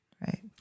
right